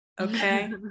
okay